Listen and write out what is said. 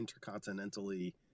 intercontinentally